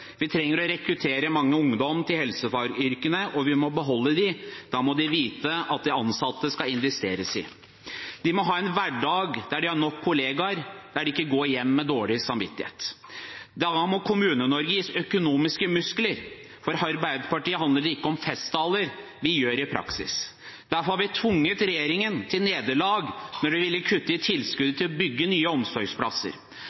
Vi trenger å rekruttere mange ungdommer til helsefagyrkene, og vi må beholde dem, og da må de vite at de ansatte skal investeres i. De må ha en hverdag der de har nok kollegaer, der de ikke går hjem med dårlig samvittighet. Da må Kommune-Norge gis økonomiske muskler. For Arbeiderpartiet handler det ikke om festtaler, vi gjør det i praksis. Derfor har vi tvunget regjeringen til nederlag når de ville kutte i